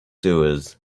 doers